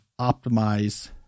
optimize